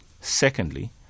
Secondly